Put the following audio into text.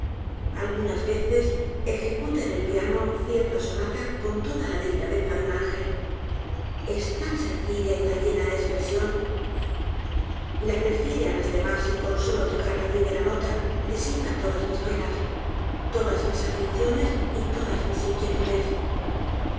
ñas veces ejecuta en el piano cierta sonata con toda la delicadeza de un ángel es tan sencilla y tan llena de espresion la prefiere á las demás y con solo tocar la primera nota disipa todas mis penas todas mis aflicciones y todas mis inquietudes